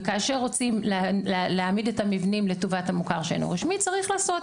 וכאשר רוצים להעמיד את המבנים לטובת המוכר שאינו רשמי צריך לעשות,